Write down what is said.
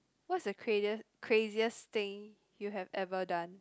what's the craziest craziest thing you have ever done